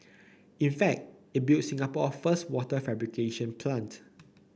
in fact it built Singapore first wafer fabrication plant